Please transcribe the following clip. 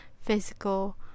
physical